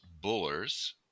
bullers